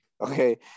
okay